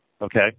okay